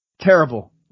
Terrible